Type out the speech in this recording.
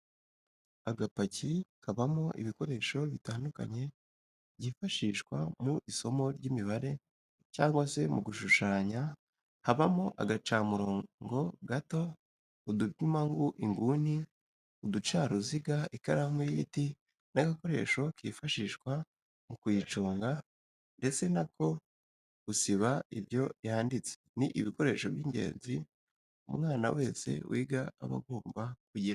Agapaki kabamo ibikoresho bitandukanye byifashishwa mu isomo ry'imibare cyangwa se mu gushushanya habamo agacamurobo gato, udupima inguni, uducaruziga ikaramu y'igiti n'agakoresho kifashishwa mu kuyiconga ndetse n'ako gusiba ibyo yanditse, ni ibikoresho by'ingenzi umwana wese wiga aba agomba kugira.